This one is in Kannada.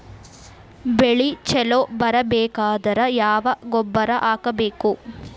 ಬೆಳಿ ಛಲೋ ಬರಬೇಕಾದರ ಯಾವ ಗೊಬ್ಬರ ಹಾಕಬೇಕು?